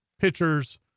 pitchers